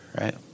right